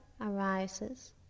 arises